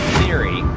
theory